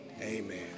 Amen